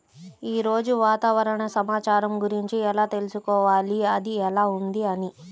ఈరోజు వాతావరణ సమాచారం గురించి ఎలా తెలుసుకోవాలి అది ఎలా ఉంది అని?